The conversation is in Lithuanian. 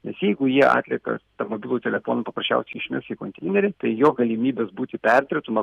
nes jeigu jie atliekas tą mobilų telefoną paprasčiausiai išmes į konteinerį tai jo galimybės būti perdirbtam